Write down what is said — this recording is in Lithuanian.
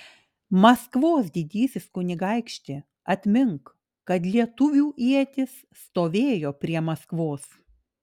maskvos didysis kunigaikšti atmink kad lietuvių ietis stovėjo prie maskvos